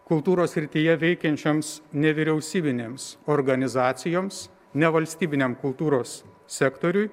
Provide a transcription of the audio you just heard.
kultūros srityje veikiančioms nevyriausybinėms organizacijoms nevalstybiniam kultūros sektoriui